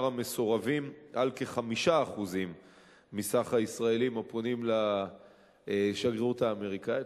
המסורבים על כ-5% מסך הישראלים הפונים לשגרירות האמריקנית.